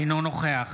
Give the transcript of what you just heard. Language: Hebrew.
אינו נוכח